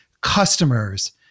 customers